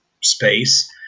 space